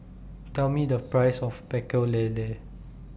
Tell Me The Price of Pecel Lele